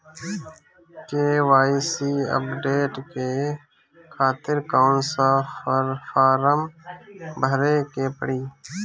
KYC updation के खातिर कौन सा फारम भरे के पड़ी?